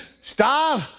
Stop